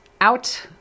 out